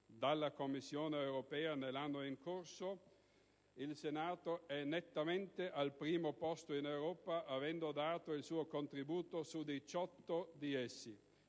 dalla Commissione europea nell'anno in corso il Senato è nettamente al primo posto in Europa, avendo dato il suo contributo su 18 di essi.